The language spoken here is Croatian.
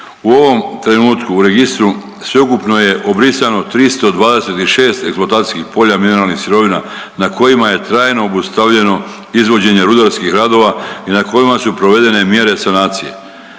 U ovom trenutku u registru sveukupno je obrisano 326 eksploatacijskih polja mineralnih sirovina na kojima je trajno obustavljeno izvođenje rudarskih radova i na kojima su provedene mjere sanacije.